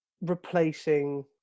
replacing